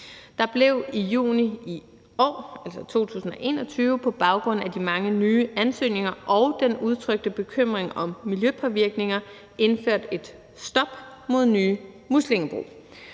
år, altså i 2021, på baggrund af de mange nye ansøgninger og den udtrykte bekymring for miljøpåvirkninger indført et stop for nye muslingebrug.